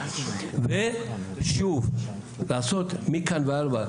ושוב לעשות מכאן והלאה,